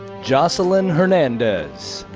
jocelyn hernandez.